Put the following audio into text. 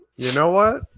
know what?